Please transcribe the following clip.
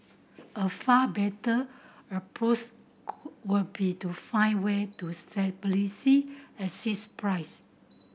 a far better approach were be to find way to stabilising assist price